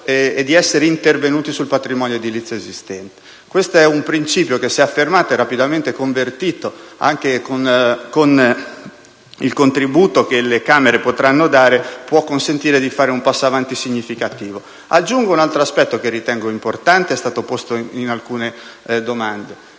e di essere intervenuti sul patrimonio edilizio esistente. Questo è un principio che, se affermato e rapidamente convertito, anche con il contributo che le Camere potranno dare, può consentire di fare un passo avanti significativo. Aggiungo un altro aspetto che ritengo importante, fondamentale, e che è stato posto in alcune domande: